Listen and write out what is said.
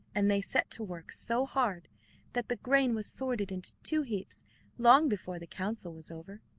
and they set to work so hard that the grain was sorted into two heaps long before the council was over.